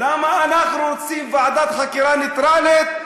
למה אנחנו רוצים ועדת חקירה נייטרלית,